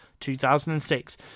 2006